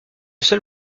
seul